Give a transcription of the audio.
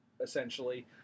essentially